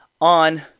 on